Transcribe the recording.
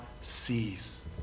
sees